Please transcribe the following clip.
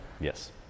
Yes